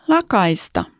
Lakaista